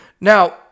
Now